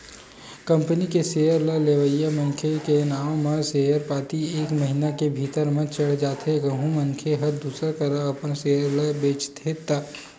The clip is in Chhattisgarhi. कंपनी के सेयर ल लेवइया मनखे के नांव म सेयर पाती एक महिना के भीतरी म चढ़ जाथे कहूं मनखे ह दूसर करा अपन सेयर ल बेंचथे त